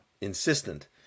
insistent